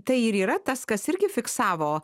tai ir yra tas kas irgi fiksavo